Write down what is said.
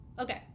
okay